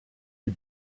die